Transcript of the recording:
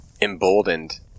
Emboldened